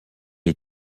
est